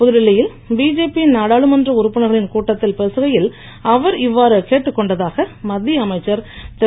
புதுடெல்லியில் பிஜேபி நாடாளுமன்ற உறுப்பினர்களின் கூட்டத்தில் பேசுகையில் அவர் இவ்வாறு கேட்டுக்கொண்டதாக மத்திய அமைச்சர் திரு